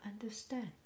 understand